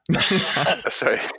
Sorry